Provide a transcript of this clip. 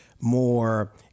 more